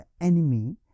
enemy